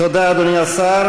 תודה, אדוני השר.